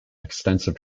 extensive